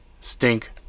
stink